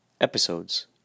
episodes